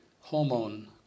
hormone